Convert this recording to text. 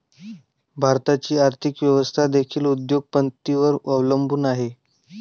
भारताची आर्थिक व्यवस्था देखील उद्योग पतींवर अवलंबून आहे